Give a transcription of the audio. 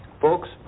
Folks